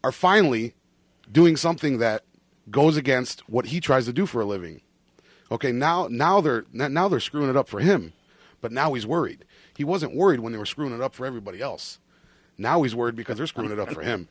or finally doing something that goes against what he tries to do for a living ok now now they're now they're screwing it up for him but now he's worried he wasn't worried when they were screwing it up for everybody else now he's worried because they're screwed up for him